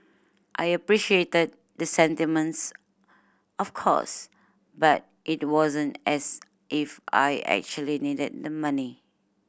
I appreciated the sentiment of course but it wasn't as if I actually needed the money